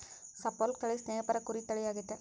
Suffolk ತಳಿ ಸ್ನೇಹಪರ ಕುರಿ ತಳಿ ಆಗೆತೆ